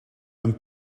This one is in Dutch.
een